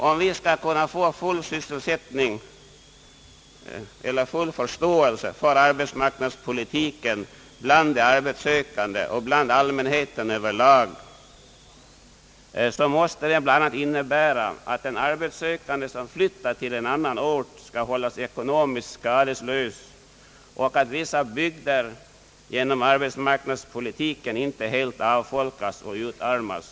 Om vi skall kunna få full förståelse för arbetsmarknadspolitiken bland de arbetssökande och bland allmänheten över lag måste den bl.a. innebära att en arbetssökande som flyttar till en annan ort skall hållas ekonomiskt skadeslös och att vissa bygder genom arbetsmarknadspolitiken inte helt avfolkas och utarmas.